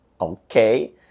okay